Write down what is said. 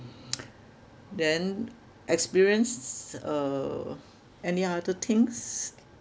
then experience uh any other things